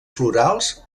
florals